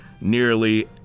nearly